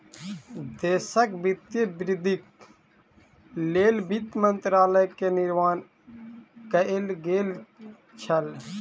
देशक वित्तीय वृद्धिक लेल वित्त मंत्रालय के निर्माण कएल गेल छल